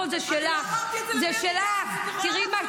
אוי, זה נראה נורא משונה ומביך.